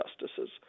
justices